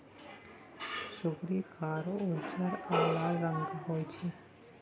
सुग्गरि कार, उज्जर आ लाल रंगक होइ छै